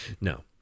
no